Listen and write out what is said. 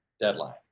deadline